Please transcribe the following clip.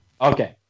Okay